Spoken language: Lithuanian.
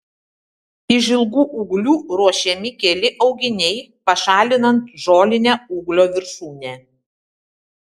iš ilgų ūglių ruošiami keli auginiai pašalinant žolinę ūglio viršūnę